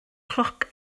cloc